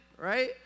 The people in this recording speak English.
right